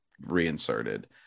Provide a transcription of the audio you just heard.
reinserted